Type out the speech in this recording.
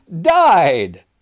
died